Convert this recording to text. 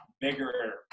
bigger